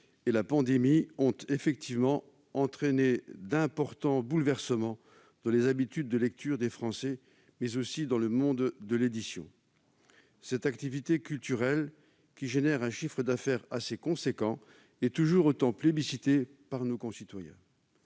et la pandémie ont en effet entraîné d'importants bouleversements dans les habitudes de lecture des Français mais aussi dans le monde de l'édition. Cette activité culturelle, qui génère un chiffre d'affaires assez important, est toujours autant plébiscitée par nos concitoyens.